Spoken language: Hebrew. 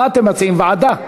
מה אתם מציעים, ועדה?